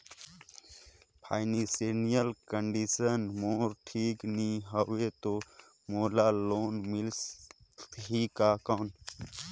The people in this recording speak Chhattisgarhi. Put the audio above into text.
फाइनेंशियल कंडिशन मोर ठीक नी हवे तो मोला लोन मिल ही कौन??